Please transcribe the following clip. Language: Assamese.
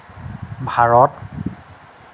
ভাৰত